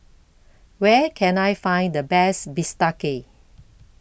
Where Can I Find The Best Bistake